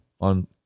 on